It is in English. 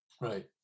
Right